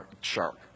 shark